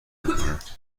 میکند